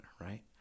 right